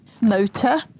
motor